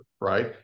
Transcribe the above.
right